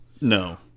No